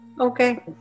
Okay